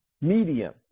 medium